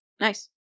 Nice